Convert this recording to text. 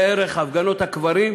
ראה ערך: הפגנות הקברים,